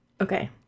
Okay